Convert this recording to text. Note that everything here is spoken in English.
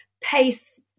pace